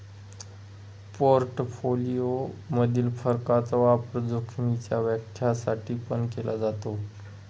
portfolio मधील फरकाचा वापर जोखीमीच्या व्याख्या साठी पण केला जातो